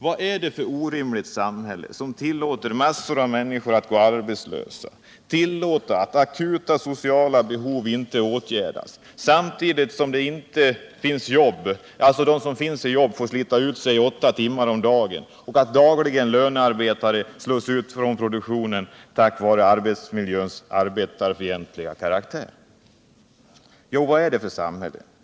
Vad är det för ett orimligt samhälle som tillåter att massor av människor går arbetslösa, tillåter att akuta sociala behov inte åtgärdas, samtidigt som de som har jobb får slita i åtta timmar om dagen och lönearbetare dagligen slås ut från produktionen på grund av arbetsmiljöns arbetarfientliga karaktär? Vad är detta för samhälle?